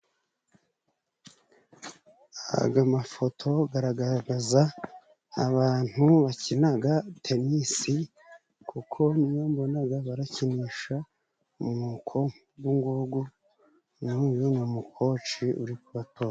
Aga mafoto garagaragaza abantu bakinaga tenisi, kuko nibo mbonaga barakinisha umwuko ugungugu, naho uyu ni umukoci uri ku batoza.